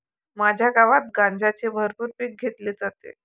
माझ्या गावात गांजाचे भरपूर पीक घेतले जाते